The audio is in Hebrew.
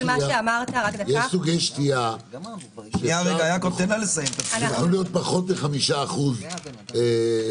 יש סוגי שתייה שיכול להיות בהם פחות מ-5% סוכר.